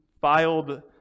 filed